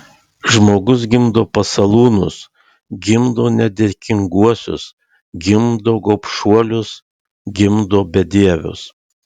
žmogus gimdo pasalūnus gimdo nedėkinguosius gimdo gobšuolius gimdo bedievius